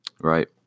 Right